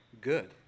good